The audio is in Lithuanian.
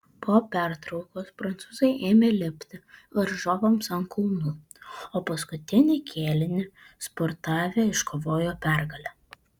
po pertraukos prancūzai ėmė lipti varžovams ant kulnų o paskutinį kėlinį spurtavę iškovojo pergalę